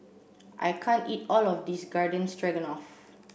I can't eat all of this Garden Stroganoff